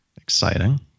exciting